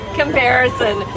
comparison